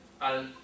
Al